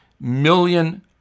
million